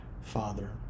Father